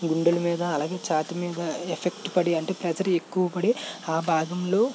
గుండెల మీద అలాగే ఛాతి మీద ఎఫెక్ట్ పడి అంటే ప్రెషర్ ఎక్కువ పడి ఆ భాగంలో